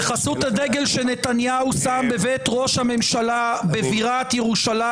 בחסות הדגל שנתניהו שם בבית ראש הממשלה בבירת ירושלים